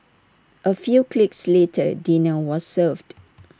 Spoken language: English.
A few clicks later dinner was served